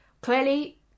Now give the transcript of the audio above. clearly